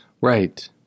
Right